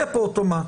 לא יהיה כאן אוטומטי.